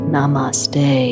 Namaste